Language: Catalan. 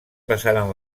passaren